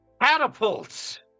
catapults